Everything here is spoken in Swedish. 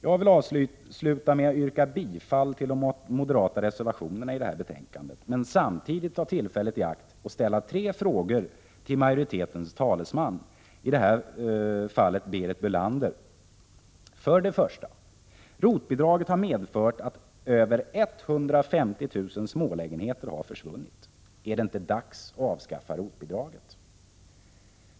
Jag vill avsluta med att yrka bifall till de moderata reservationerna, men samtidigt ta tillfället i akt att ställa tre frågor till majoritetens talesman, i det här fallet Berit Bölander. För det första: ROT-bidraget har medfört att över 150 000 smålägenheter har försvunnit. Är det inte dags att avskaffa ROT-bidraget?